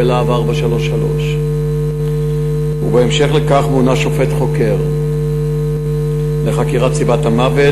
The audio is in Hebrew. ב"להב 433". בהמשך לכך מונה שופט חוקר לחקירת סיבת המוות,